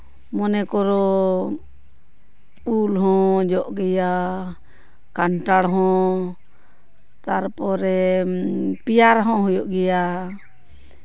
ᱢᱚᱱᱮ ᱠᱚᱨᱚ ᱩᱞ ᱦᱚᱸ ᱡᱚᱜ ᱜᱮᱭᱟ ᱠᱟᱱᱴᱷᱟᱲ ᱦᱚᱸ ᱛᱟᱨᱯᱚᱨᱮ ᱯᱮᱭᱟᱨᱟ ᱦᱚᱸ ᱦᱩᱭᱩᱜ ᱜᱮᱭᱟ